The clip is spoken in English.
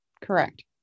correct